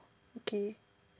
okay